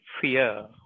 fear